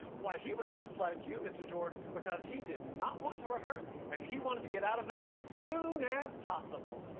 why, he was just like you, mr. jordan, because he did not want to rehearse and he wanted to get out of there as soon as possible.